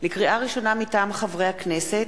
לקריאה ראשונה, מטעם הממשלה: